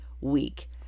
week